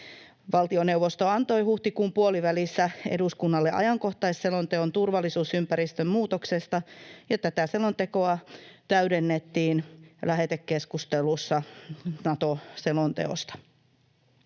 Valtioneuvosto antoi huhtikuun puolivälissä eduskunnalle ajankohtaisselonteon turvallisuusympäristön muutoksesta, ja tätä selontekoa täydennettiin lähetekeskustelussa Nato-selonteosta.